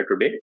today